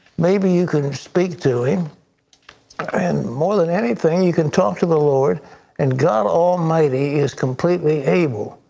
maybe you can speak to him and more than anything, you can talk to the lord and god almighty is completely able,